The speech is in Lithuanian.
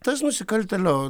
tas nusikaltėlio